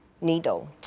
needle